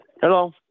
Hello